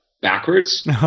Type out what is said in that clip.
backwards